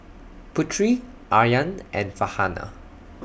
Putri Aryan and Farhanah